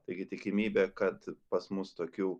taigi tikimybė kad pas mus tokių